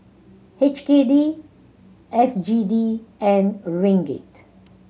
H K D S G D and Ringgit